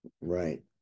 right